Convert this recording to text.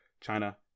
China